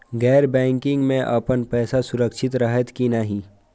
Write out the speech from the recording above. गैर बैकिंग में अपन पैसा सुरक्षित रहैत कि नहिं?